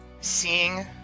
seeing